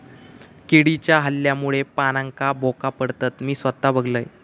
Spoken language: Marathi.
किडीच्या हल्ल्यामुळे पानांका भोका पडतत, मी स्वता बघलंय